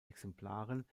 exemplaren